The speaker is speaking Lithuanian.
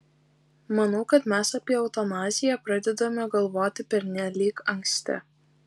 manau kad mes apie eutanaziją pradedame galvoti pernelyg anksti